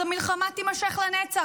המלחמה תימשך לנצח.